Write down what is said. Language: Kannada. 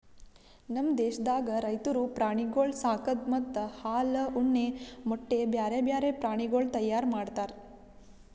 ನಮ್ ದೇಶದಾಗ್ ರೈತುರು ಪ್ರಾಣಿಗೊಳ್ ಸಾಕದ್ ಮತ್ತ ಹಾಲ, ಉಣ್ಣೆ, ಮೊಟ್ಟೆ, ಬ್ಯಾರೆ ಬ್ಯಾರೆ ಪ್ರಾಣಿಗೊಳ್ ತೈಯಾರ್ ಮಾಡ್ತಾರ್